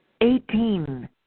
Eighteen